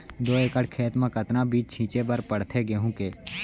दो एकड़ खेत म कतना बीज छिंचे बर पड़थे गेहूँ के?